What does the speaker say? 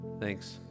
Thanks